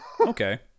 Okay